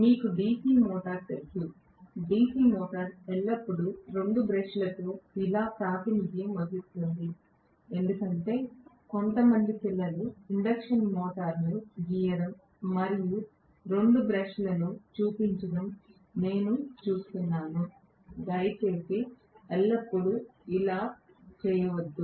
మీకు DC మోటారు తెలుసు DC మోటారు ఎల్లప్పుడూ రెండు బ్రష్లతో ఇలా ప్రాతినిధ్యం వహిస్తుంది ఎందుకంటే కొంతమంది పిల్లలు ఇండక్షన్ మోటారును గీయడం మరియు రెండు బ్రష్లు చూపించడం నేను చూస్తున్నాను దయచేసి ఎప్పుడూ అలా చేయవద్దు